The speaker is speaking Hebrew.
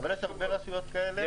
אבל יש הרבה רשויות כאלה.